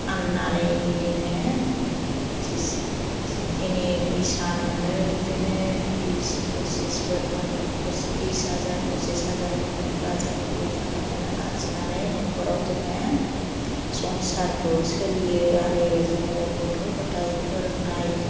फाननानै बिदिनो जिखिनि फैसा मोनो बिदिनो बिस पसिसफोर मोनो बिस हाजार पसिस हाजार मोनोब्ला जोङो बे थाखाखौनो आर्जिनानै न'खराव जोङो संसारखौ सोलियो आरो जोङो गथ' गथाय फोरोंनाय